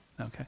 Okay